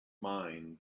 mind